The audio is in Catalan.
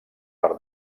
per